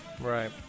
Right